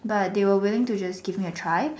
but they were willing to just give me a try